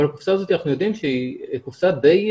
הרי הקופסה הזאת אנחנו יודעים שהיא קופסה די,